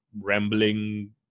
rambling